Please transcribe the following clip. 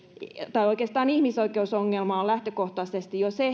tai oikeastaan ihmisoikeusongelma on lähtökohtaisesti jo se